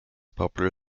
popular